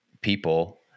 people